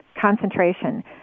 concentration